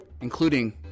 Including